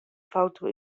foto